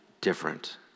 different